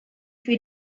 für